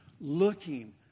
looking